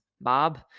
Bob